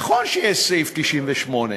נכון שיש סעיף 98,